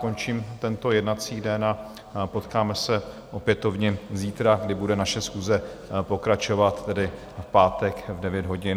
končím tento jednací den a potkáme se opětovně zítra, kdy bude naše schůze pokračovat, tedy v pátek v 9 hodin.